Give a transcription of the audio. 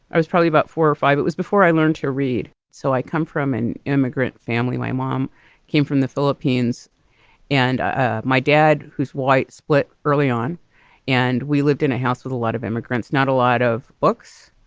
i was probably about four or five. it was before i learned to read. so i come from an immigrant family. my mom came from the philippines and ah my dad, whose white split early on and we lived in a house with a lot of immigrants, not a lot of books,